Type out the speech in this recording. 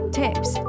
tips